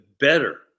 better